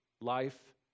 life